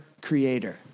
creator